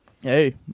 Hey